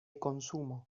consumo